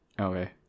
Okay